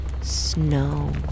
Snow